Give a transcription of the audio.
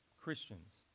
Christians